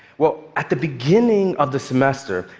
well, at the beginning of the semester,